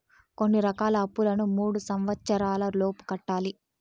కొన్ని రకాల అప్పులను మూడు సంవచ్చరాల లోపు కట్టాలి